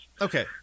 Okay